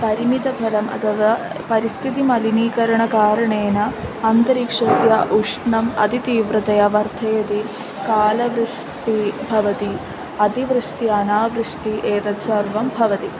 परिमितफलम् अथवा परिस्थितिः मलिनीकरणकारणेन अन्तरीक्षस्य उष्णम् अतितीव्रतया वर्धयति कालवृष्टिः भवति अतिवृष्ट्यनावृष्टिः एतत् सर्वं भवति